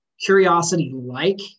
curiosity-like